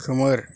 खोमोर